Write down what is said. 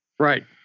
Right